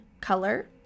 color